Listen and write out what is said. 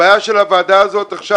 הבעיה של הוועדה הזאת עכשיו,